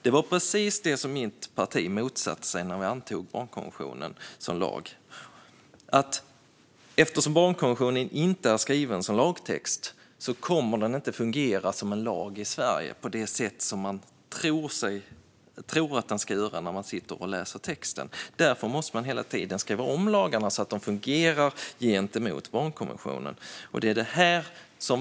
Det var precis detta mitt parti motsatte sig när barnkonventionen antogs som lag: Eftersom barnkonventionen inte är skriven som lagtext kommer den inte att fungera som en lag i Sverige på det sätt som man tror att den ska göra när man sitter och läser texten. Därför måste man hela tiden skriva om lagarna så att de fungerar gentemot barnkonventionen.